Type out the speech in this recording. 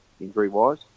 injury-wise